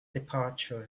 departure